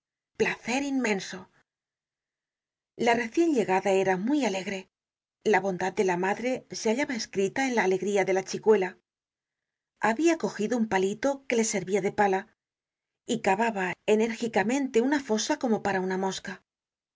placer inmenso la recien llegada era muy alegre la bondad de la madre se hallaba escrita en la alegría de la chicuela habia cogido un palito que le servia de pala y cavaba enérgicamente una fosa como para una mosca